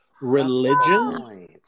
Religion